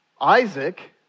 Isaac